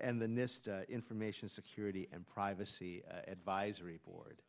and then this information security and privacy advisory board